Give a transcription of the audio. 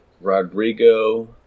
Rodrigo